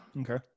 Okay